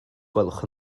gwelwch